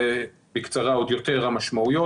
ובקצרה עוד יותר המשמעויות.